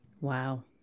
wow